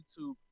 YouTube